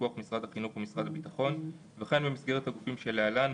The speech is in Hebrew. בפיקוח משרד החינוך ומשרד הביטחון וכן במסגרת הגופים שלהלן,